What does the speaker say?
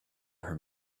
her